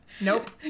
Nope